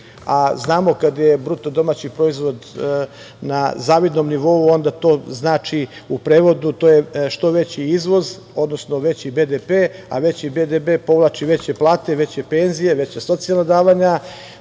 a znamo kad je BDP na zavidnom nivou, onda to znači u prevodu što veći izvoz, odnosno veći BDP, a veći BDP povlači veće plate, veće penzije, veća socijalna davanja,